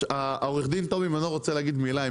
עורך דין טומי מנור רוצה להגיד מילה,